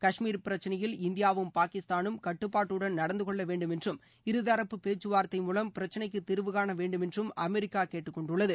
காஷ்மீர் பிரச்சனையில் இந்தியாவும் பாகிஸ்தானும் கட்டுப்பாட்டுடன் நடந்துக்கொள்ள வேண்டுமென்றும் இருதரப்பு பேச்சுவார்த்தை மூவம் பிரச்சனைக்கு தீர்வுகாண வேண்டுமென்றும் அமெரிக்கா கேட்டுக்கொண்டுள்ளது